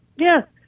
yeah.